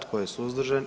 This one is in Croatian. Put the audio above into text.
Tko je suzdržan?